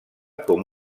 com